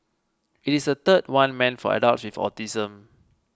it is the third one meant for adults with autism